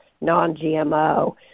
non-GMO